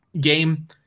game